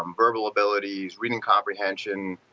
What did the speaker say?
um verbal abilities, written comprehension,